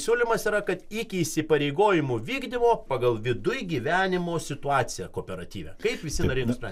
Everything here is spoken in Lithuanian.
siūlymas yra kad iki įsipareigojimų vykdymo pagal viduj gyvenimo situaciją kooperatyve kaip visi nurimsta